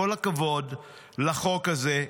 כל הכבוד לחוק הזה,